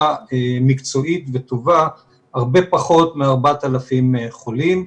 מקצועית וטובה הרבה פחות מ-4,000 חולים.